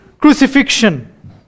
crucifixion